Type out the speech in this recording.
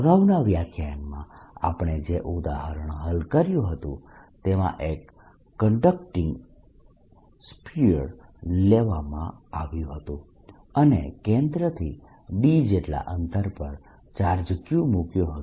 અગાઉના વ્યાખ્યાનમાં આપણે જે ઉદાહરણ હલ કર્યું હતું તેમાં એક કંડકટીંગ સ્ફીયર લેવામાં આવ્યું હતું અને કેન્દ્રથી d જેટલા અંતર પર ચાર્જ Q મૂક્યો હતો